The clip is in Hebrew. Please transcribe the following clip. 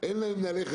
כנראה שלמה לא